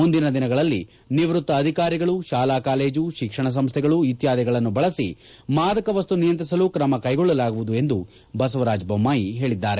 ಮುಂದಿನ ದಿನಗಳಲ್ಲಿ ನಿವೃತ್ತ ಅಧಿಕಾರಿಗಳು ಶಾಲಾ ಕಾಲೇಜು ಶಿಕ್ಷಣ ಸಂಸ್ಥೆಗಳು ಇತ್ಯಾದಿಗಳನ್ನು ಬಳಸಿ ಮಾದಕ ವಸ್ತು ನಿಯಂತ್ರಿಸಲು ಕ್ರಮ ಕೈಗೊಳ್ಳಲಾಗುವುದು ಎಂದು ಬಸವರಾಜ ಬೊಮ್ಮಾಯಿ ಹೇಳಿದ್ದಾರೆ